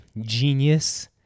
Genius